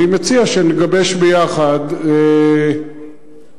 אני מציע שנגבש ביחד תוכנית,